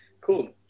cool